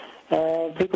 People